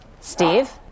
Steve